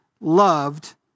loved